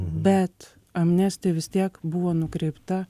bet amnestija vis tiek buvo nukreipta